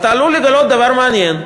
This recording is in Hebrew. אתה עלול לגלות דבר מעניין,